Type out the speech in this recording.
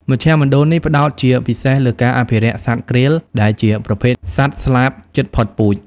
មជ្ឈមណ្ឌលនេះផ្តោតជាពិសេសលើការអភិរក្សសត្វក្រៀល ដែលជាប្រភេទសត្វស្លាបជិតផុតពូជ។